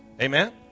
amen